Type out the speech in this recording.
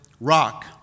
rock